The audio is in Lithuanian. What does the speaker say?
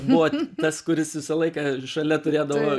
buvo tas kuris visą laiką šalia turėdavo